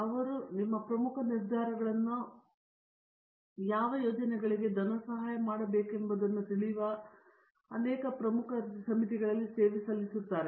ಅವರು ನಿಮ್ಮ ಪ್ರಮುಖ ನಿರ್ಧಾರಗಳನ್ನು ಯಾವ ಯೋಜನೆಗಳಿಗೆ ಧನಸಹಾಯ ಮಾಡಬೇಕೆಂಬುದನ್ನು ತಿಳಿಯುವ ಅನೇಕ ಪ್ರಮುಖ ಸಮಿತಿಗಳಲ್ಲಿ ಸೇವೆ ಸಲ್ಲಿಸುತ್ತಾರೆ